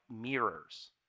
mirrors